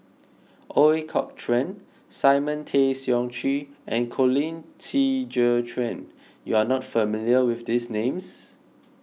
Ooi Kok Chuen Simon Tay Seong Chee and Colin Qi Zhe Quan you are not familiar with these names